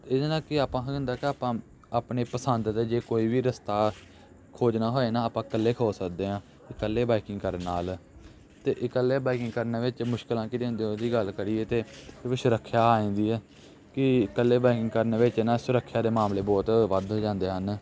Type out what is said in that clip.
ਇਹਦੇ ਨਾਲ ਕੀ ਆ ਆਪਾਂ ਹੋ ਜਾਂਦਾ ਕਿ ਆਪਾਂ ਆਪਣੀ ਪਸੰਦ ਦਾ ਜੇ ਕੋਈ ਵੀ ਰਸਤਾ ਖੋਜਣਾ ਹੋਏ ਨਾ ਆਪਾਂ ਇਕੱਲੇ ਖੋਜ ਸਕਦੇ ਹਾਂ ਇਕੱਲੇ ਬਾਈਕਿੰਗ ਕਰਨ ਨਾਲ ਅਤੇ ਇਕੱਲੇ ਬਾਈਕਿੰਗ ਕਰਨ ਵਿੱਚ ਮੁਸ਼ਕਿਲਾਂ ਕਿਹੜੀਆ ਹੁੰਦੀਆ ਉਹਦੀ ਗੱਲ ਕਰੀਏ ਤਾਂ ਕਿਉਂਕਿ ਸਰੱਖਿਆ ਆ ਜਾਂਦੀ ਹੈ ਕਿ ਇਕੱਲੇ ਬਾਈਕਿਗ ਕਰਨ ਵਿੱਚ ਨਾ ਸੁਰੱਖਿਆ ਦੇ ਮਾਮਲੇ ਬਹੁਤ ਵੱਧ ਜਾਂਦੇ ਹਨ